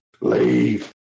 Leave